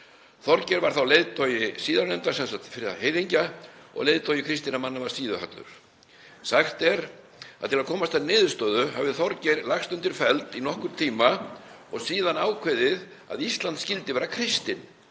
Þorgeir var þá leiðtogi síðarnefndra, en leiðtogi kristinna manna var Síðu-Hallur. Sagt er að til að komast að niðurstöðu hafi Þorgeir lagst undir feld í nokkurn tíma og síðan ákveðið að Ísland skyldi vera kristið